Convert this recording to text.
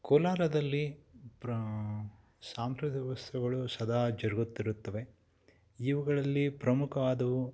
ಕೋಲಾರದಲ್ಲಿ ಪ್ರ ಸಾಂಪ್ರದ ಉತ್ಸವಗಳು ಸದಾ ಜರುಗುತ್ತಿರುತ್ತವೆ ಇವುಗಳಲ್ಲಿ ಪ್ರಮುಖವಾದವು